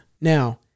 Now